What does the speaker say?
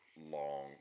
long